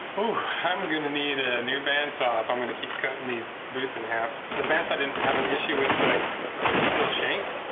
oh i'm gonna need a new bandsaw if i'm gonna keep cutting these boots in half. the bandsaw didn't have an issue with like the steel shank.